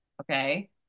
Okay